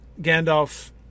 Gandalf